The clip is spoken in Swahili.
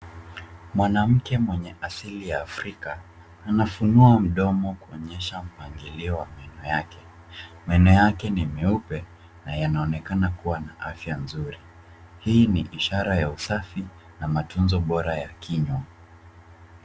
Mwanamke mwenye asili ya Afrika anafunua mdomo kuonyesha mpangilio wa meno yake. Meno yake ni meupe na yanaonekana kuwa na afya nzuri. Hii ni ishara ya usafi na matunzo bora ya kinywa.